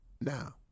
Now